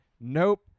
Nope